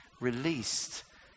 released